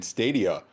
Stadia